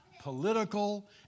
political